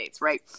right